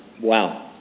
wow